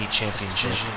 championship